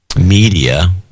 Media